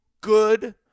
good